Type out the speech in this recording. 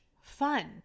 fun